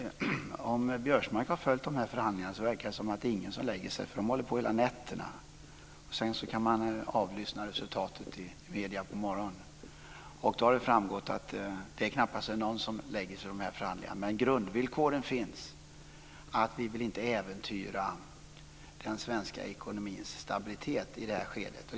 Fru talman! Om Karl-Göran Biörsmark har följt de här förhandlingarna har han kunnat notera att det verkar som om ingen lägger sig. De håller på hela nätterna. Sedan kan man avlyssna resultatet i medierna på morgonen. Då har det framgått att det knappast är någon som lägger sig i de här förhandlingarna. Men grundvillkoren finns. Vi vill inte äventyra den svenska ekonomins stabilitet i det här skedet.